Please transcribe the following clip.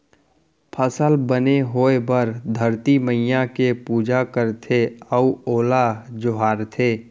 फसल बने होए बर धरती मईया के पूजा करथे अउ ओला जोहारथे